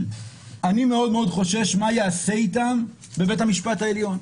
אני מאוד מאוד חושש מה ייעשה איתם בבית המשפט העליון.